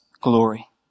glory